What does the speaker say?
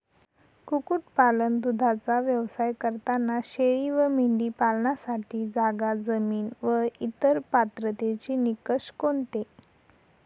कुक्कुटपालन, दूधाचा व्यवसाय करताना शेळी व मेंढी पालनासाठी जागा, जमीन व इतर पात्रतेचे निकष कोणते?